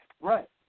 Right